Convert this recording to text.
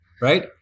right